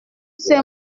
ces